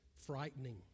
frightening